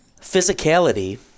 physicality